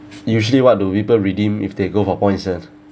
usually what do people redeem if they go for point instead